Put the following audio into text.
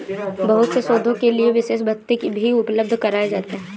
बहुत से शोधों के लिये विशेष भत्ते भी उपलब्ध कराये जाते हैं